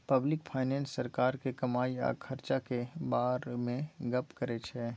public finance सरकारक कमाई आ खरचाक बारे मे गप्प करै छै